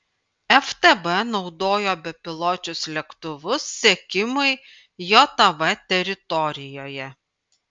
ftb naudojo bepiločius lėktuvus sekimui jav teritorijoje